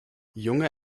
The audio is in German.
junge